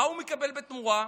מה הוא מקבל בתמורה?